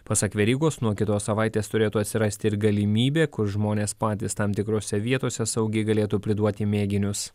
pasak verygos nuo kitos savaitės turėtų atsirasti ir galimybė kur žmonės patys tam tikrose vietose saugiai galėtų priduoti mėginius